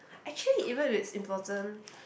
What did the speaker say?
actually even if it's important